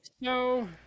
No